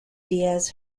diaz